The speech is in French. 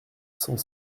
cent